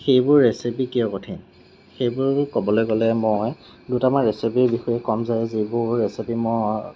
সেইবোৰ ৰেচিপি কিয় কঠিন সেইবোৰ ক'বলৈ গ'লে মই দুটামান ৰেচিপিৰ বিষয়ে ক'ম যায় যে যিবোৰ ৰেচিপি মই